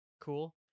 cool